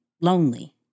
lonely